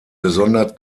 gesondert